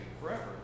forever